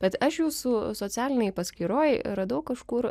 bet aš jūsų socialinėj paskyroj radau kažkur